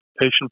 patient